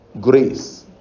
grace